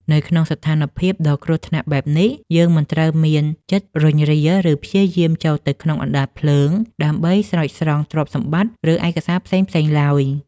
នៅក្នុងស្ថានភាពដ៏គ្រោះថ្នាក់បែបនេះ យើងមិនត្រូវមានចិត្តរុញរា ឬព្យាយាមចូលទៅក្នុងអណ្ដាតភ្លើងដើម្បីស្រោចស្រង់ទ្រព្យសម្បត្តិ ឬឯកសារផ្សេងៗឡើយ។